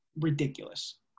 ridiculous